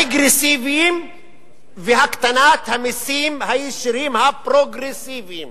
הרגרסיביים והקטנת המסים הישירים הפרוגרסיביים.